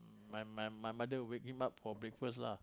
my my my mother wake him up for breakfast lah